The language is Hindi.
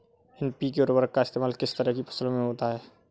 एन.पी.के उर्वरक का इस्तेमाल किस तरह की फसलों में होता है?